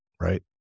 right